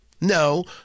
No